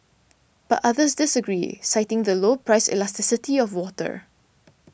but others disagree citing the low price elasticity of water